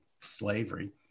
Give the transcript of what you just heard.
slavery